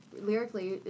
lyrically